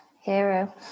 Hero